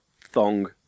thong